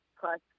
plus